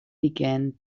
began